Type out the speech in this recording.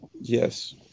Yes